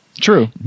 True